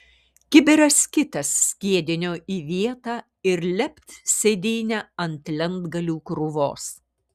kibiras kitas skiedinio į vietą ir lept sėdynę ant lentgalių krūvos